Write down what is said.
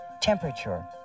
Temperature